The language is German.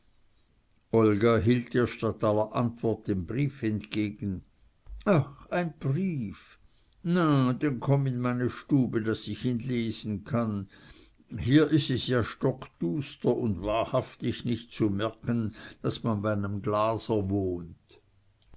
olga hielt ihr statt aller antwort den brief entgegen ach ein brief na denn komm in meine stube daß ich ihn lesen kann hier is es ja stockduster und wahrhaftig nicht zu merken daß man bei nem glaser wohnt